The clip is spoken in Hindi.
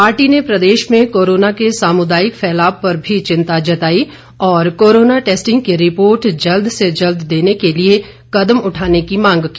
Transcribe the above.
पार्टी ने प्रदेश में कोरोना के सामुदायिक फैलाव पर भी चिंता जताई और कोरोना टैस्टिंग की रिपोर्ट जल्द से जल्द देने के लिए कदम उठाने की मांग की